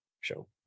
show